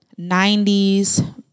90s